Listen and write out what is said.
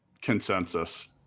consensus